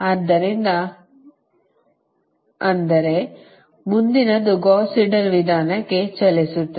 ಆದ್ದರಿಂದ ಆದರೆ ಮುಂದಿನದು ಗೌಸ್ ಸೀಡೆಲ್ ವಿಧಾನಕ್ಕೆ ಚಲಿಸುತ್ತದೆ